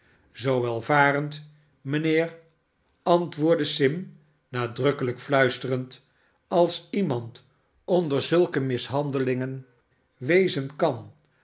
zoo welyarend mijnheer antwoordde sim nadrukkeiijk fluisterend ials iemand onder zulke mishandelingen wezen kan